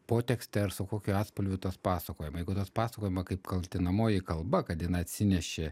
potekste ar su kokiu atspalviu tas pasakojama jeigu tas pasakojama kaip kaltinamoji kalba kad jinai atsinešė